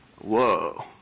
Whoa